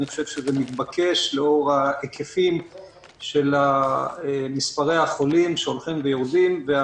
אני חושב שזה מתבקש לאור ההיקפים של מספרי החולים שהולכים ויורדים,